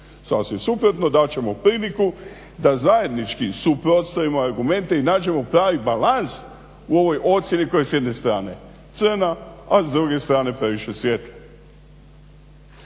sasvim suprotno dat ćemo priliku da zajednički suprotstavimo argumente i nađemo pravi balans u ovoj ocjeni koja je s jedne strane crna, a s druge strane previše svijetla.